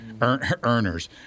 earners